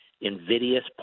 invidious